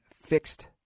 fixed